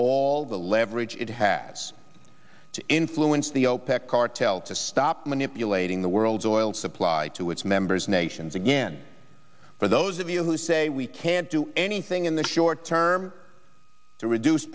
all the leverage it has to influence the opec cartel to stop manipulating the world's oil supply to its members nations again for those of you who say we can't do anything in the short term to reduce